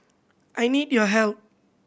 I need your help